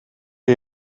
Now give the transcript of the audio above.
chi